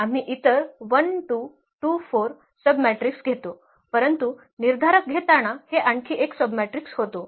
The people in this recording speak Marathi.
आम्ही इतर 1 2 2 4 सबमॅट्रिक्स घेतो परंतु निर्धारक घेताना हे आणखी एक सबमॅट्रिक्स होतो